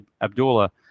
Abdullah